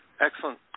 Excellent